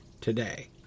today